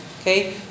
Okay